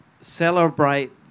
celebrate